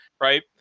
right